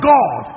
God